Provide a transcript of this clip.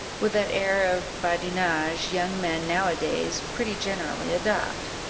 with that air of badinage young men now-a-days pretty generally adopt.